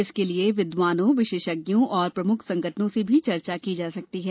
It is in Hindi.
इसके लिए विद्वानों विशेषज्ञों और प्रमुख संगठनों से भी चर्चा की जा सकती है